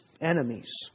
enemies